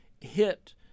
hit